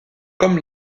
comme